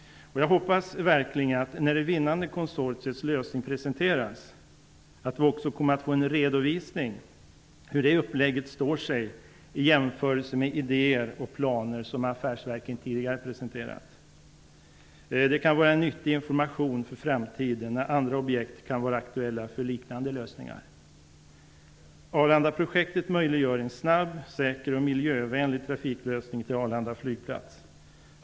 Jag hoppas verkligen att vi när det vinnande konsortiets lösning presenteras också kommer att få en redovisning av hur dess uppläggning står sig i förhållande till de idéer och planer som affärsverken tidigare har presenterat. Det kan bli en nyttig information inför framtiden när det kan bli aktuellt med liknande lösningar för andra objekt. Arlandaprojektet möjliggör en snabb, säker och miljövänlig trafiklösning för Arlanda flygplats.